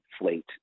inflate